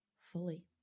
fully